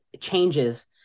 changes